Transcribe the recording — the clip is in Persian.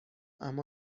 اما